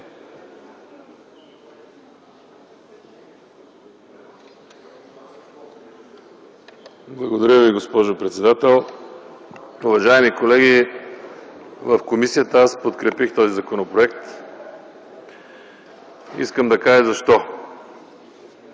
Благодаря Ви, госпожо председател. Уважаеми колеги, в комисията аз подкрепих този законопроект. Искам да кажа защо.